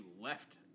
left